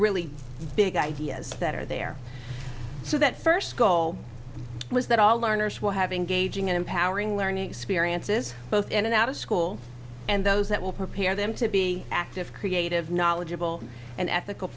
really big ideas that are there so that first goal was that all learners will have engaging in empowering learning experiences both in and out of school and those that will prepare them to be active creative knowledgeable and ethical